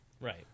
Right